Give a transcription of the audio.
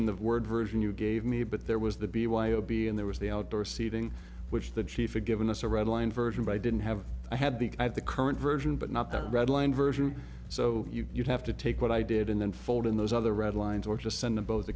in the word version you gave me but there was the b y o b and there was the outdoor seating which the chief a given us a red line version by didn't have i had the at the current version but not the redline version so you'd have to take what i did and then fold in those other red lines or just send to both the